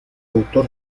autor